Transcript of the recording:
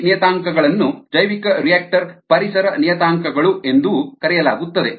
ಕೃಷಿ ನಿಯತಾಂಕಗಳನ್ನು ಜೈವಿಕರಿಯಾಕ್ಟರ್ ಪರಿಸರ ನಿಯತಾಂಕಗಳು ಎಂದೂ ಕರೆಯಲಾಗುತ್ತದೆ